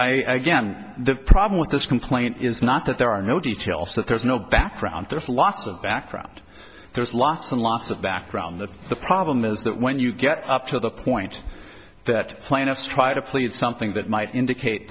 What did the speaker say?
am the problem with this complaint is not that there are no details that there's no background there's lots of background there's lots and lots of background that the problem is that when you get up to the point that plaintiffs try to plead something that might indicate